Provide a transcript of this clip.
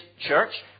church